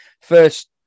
First